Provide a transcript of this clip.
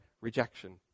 rejection